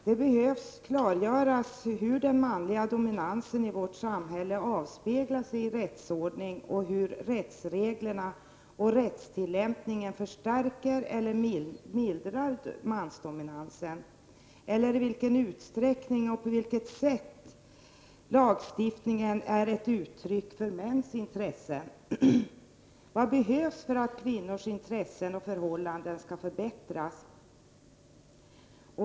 Det behöver klargöras hur den manliga dominansen i vårt samhälle avspeglar sig i rättsordningen och hur rättsreglerna och rättstillämpningen förstärker eller mildrar mansdominansen eller i vilken utsträckning och på vilket sätt lagstiftningen är ett uttryck för mäns intresse. Vad behövs för att kvinnors intressen och förhållanden skall förbättras?